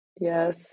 Yes